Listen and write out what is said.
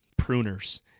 pruners